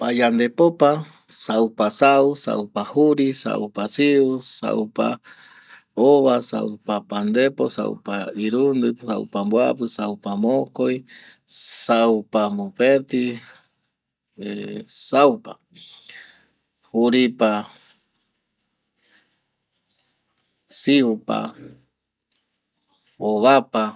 Payandepopa saupa sau, saupa juri, saupa siu, saupa ova, saupa pandepo, saupa irundi, saupa mbuapi, saupa mokoi, saupa mopeti, saupa, juripa, siupa, ovapa